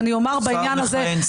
שר מכהן.